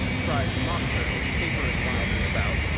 cried the mock turtle, capering wildly about.